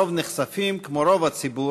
שלרוב נחשפים, כמו רוב הציבור,